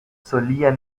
solía